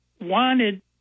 wanted